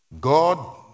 God